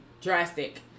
drastic